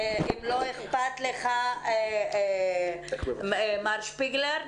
אם לא אכפת לך מר שפיגלר.